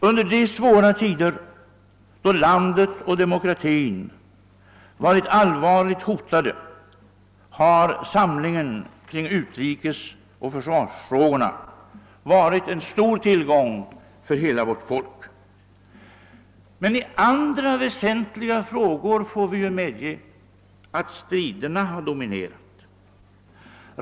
Under de svåra tider då landet och demokratin varit allvarligt hotade har samlingen kring utrikesoch försvarsfrågorna varit en stor tillgång för hela vårt folk. Men i andra väsentliga frågor far v. ju medge att striderna har dominerat.